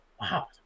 wow